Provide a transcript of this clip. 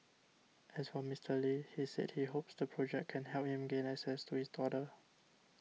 as for Mister Lee he said he hopes the project can help him gain access to his daughter